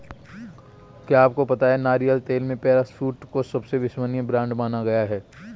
क्या आपको पता है नारियल तेल में पैराशूट को सबसे विश्वसनीय ब्रांड माना गया है?